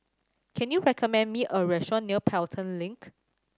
can you recommend me a restaurant near Pelton Link